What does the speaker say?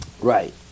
right